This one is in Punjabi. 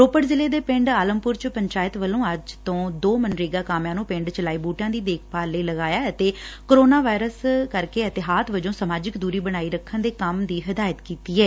ਰੋਪੜ ਜਿਲੂੇ ਦੇ ਪਿੰਡ ਆਲਮਪੁਰ 'ਚ ਪੰਚਾਇਤ ਵੱਲੋ ਅੱਜ ਤੋਂ ਦੋ ਮਨਰੇਗਾ ਕਾਮਿਆਂ ਨੂੰ ਪਿੰਡ 'ਚ ਲਾਏ ਬੂਟਿਆਂ ਦੀ ਦੇਖਭਾਲ ਲਈ ਲਗਾਇਐ ਤੇ ਕੋਰੋਨਾ ਵਾਇਰਾਸ ਕਰਕੇ ਏਹਤਿਆਤ ਵਜੋਂ ਸਮਾਜਿਕ ਦੂਰੀ ਬਣਾਈ ਰੱਖ ਕੇ ਕੰਮ ਕਰਨ ਦੀ ਹਿਦਾਇਤ ਕੀਤੀ ਏ